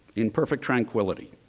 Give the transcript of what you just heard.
in perfect tranquility,